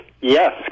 Yes